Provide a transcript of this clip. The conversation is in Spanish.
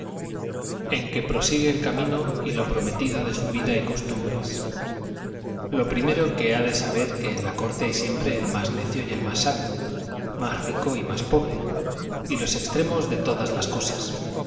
en que prosigue el camino y lo prometido de su vida y costumbres lo primero ha de saber que en la corte hay siempre el más necio y el más sabio más rico y más pobre y los extremos de todas las cosas